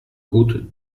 route